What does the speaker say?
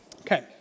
Okay